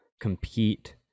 compete